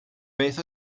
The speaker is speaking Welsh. beth